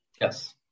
Yes